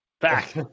back